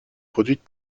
produite